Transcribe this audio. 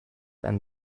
and